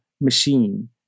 machine